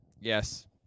Yes